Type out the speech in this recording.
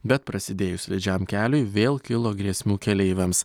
bet prasidėjus slidžiam keliui vėl kilo grėsmių keleiviams